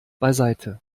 beiseite